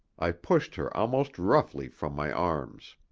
i pushed her almost roughly from my arms.